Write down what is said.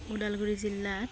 ওদালগুৰি জিলাত